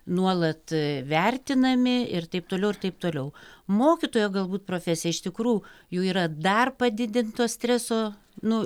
nuolat vertinami ir taip toliau ir taip toliau mokytojo galbūt profesija iš tikrų jų yra dar padidinto streso nu